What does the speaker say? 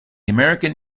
american